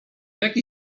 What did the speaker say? jaki